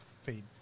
feed